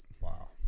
Wow